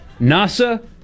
Nasa